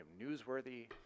newsworthy